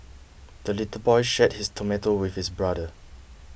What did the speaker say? the little boy shared his tomato with his brother